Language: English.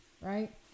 right